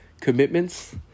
commitments